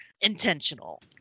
intentional